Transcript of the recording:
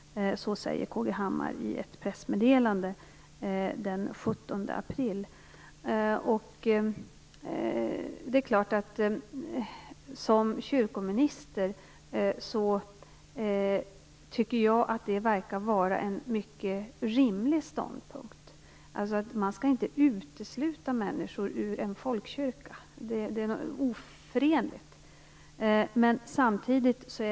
Så säger K.G. Hammar i ett pressmeddelande den 17 april. Som kyrkominister tycker jag att det verkar vara en mycket rimlig ståndpunkt. Man skall alltså inte utesluta människor ur en folkkyrka. Det är något oförenligt i det.